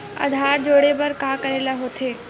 आधार जोड़े बर का करे ला होथे?